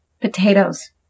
Potatoes